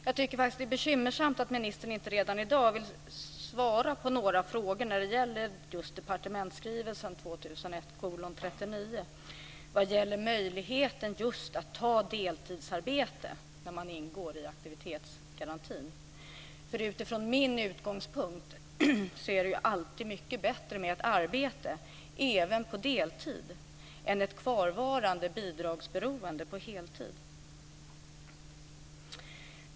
Jag tycker faktiskt att det är bekymmersamt att ministern inte redan i dag vill svara på några frågor när det gäller departementsskrivelsen 2001:39 vad gäller just möjligheten att ta deltidsarbete när man ingår i aktivitetsgarantin. Utifrån min utgångspunkt är det alltid mycket bättre med ett arbete, även på deltid, än ett kvarvarande bidragsberoende på heltid.